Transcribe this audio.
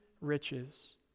riches